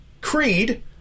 Creed